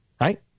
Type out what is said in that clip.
right